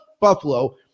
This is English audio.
Buffalo